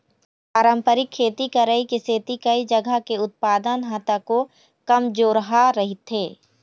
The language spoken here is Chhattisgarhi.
पारंपरिक खेती करई के सेती कइ जघा के उत्पादन ह तको कमजोरहा रहिथे